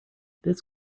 this